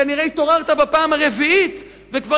כנראה שבאותו בוקר התעוררת בפעם הרביעית וכבר